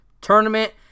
tournament